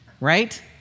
right